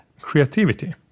Creativity